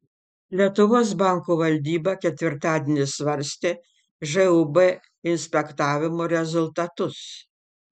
lietuvos banko valdyba ketvirtadienį svarstė žūb inspektavimo rezultatus